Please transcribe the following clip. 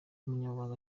umunyamabanga